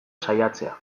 saiatzea